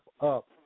up